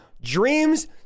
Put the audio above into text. dreams